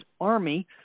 army